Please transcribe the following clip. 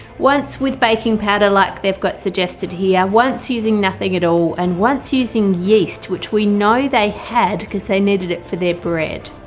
once with baking powder like they've got suggested here, once using nothing at all and once using yeast which we know they had because they needed it for their bread.